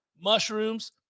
mushrooms